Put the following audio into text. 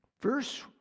Verse